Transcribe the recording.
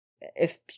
if-